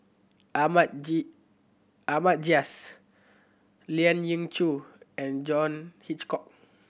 Ahmad Ahmad Jais Lien Ying Chow and John Hitchcock